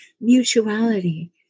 mutuality